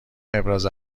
ابراز